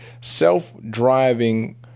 self-driving